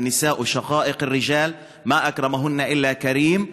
אמר: "הנשים והגברים הם אחים.